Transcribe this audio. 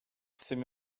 c’est